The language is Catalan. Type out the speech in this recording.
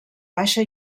baixa